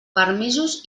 permisos